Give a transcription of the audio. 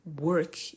work